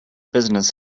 business